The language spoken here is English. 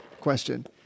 question